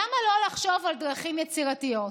למה לא לחשוב על דרכים יצירתיות?